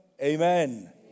Amen